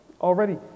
Already